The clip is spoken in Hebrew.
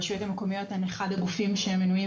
הרשויות המקומיות הן אחד הגופים שמנויים